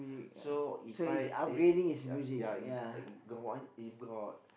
so if I ya if if got one if got